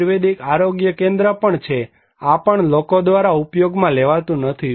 આયુર્વેદિક આરોગ્ય કેન્દ્ર પણ છે આ પણ લોકો દ્વારા ઉપયોગમાં લેવાતું નથી